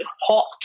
hot